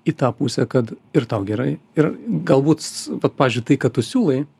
į tą pusę kad ir tau gerai ir galbūt vat pavyzdžiui tai ką tu siūlai